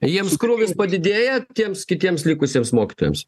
jiems krūvis padidėja tiems kitiems likusiems mokytojams